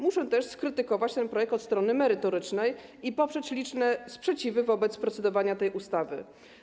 Muszę też skrytykować ten projekt od strony merytorycznej i poprzeć liczne sprzeciwy wobec procedowania nad tą ustawą.